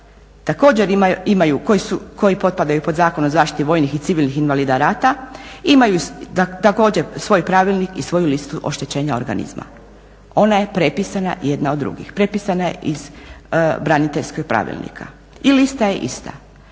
također ima koji potpadaju pod Zakon o zaštiti vojnih i civilnih invalida rata, imaju također svoj pravilnik i svoju listu oštećenja organizma. Ona je prepisana jedna od drugih, prepisana je iz braniteljskog pravilnika. I lista je ista.